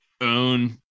own